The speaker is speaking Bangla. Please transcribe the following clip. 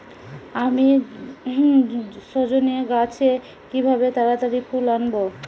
আমি সজনে গাছে কিভাবে তাড়াতাড়ি ফুল আনব?